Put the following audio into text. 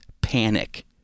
panic